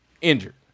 injured